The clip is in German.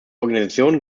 organisationen